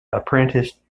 apprenticed